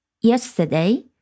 yesterday